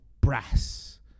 brass